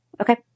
Okay